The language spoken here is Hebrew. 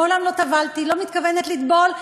מעולם לא טבלתי ולא מתכוונת לטבול.